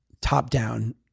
top-down